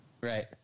right